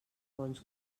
bons